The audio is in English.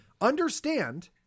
Understand